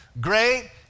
great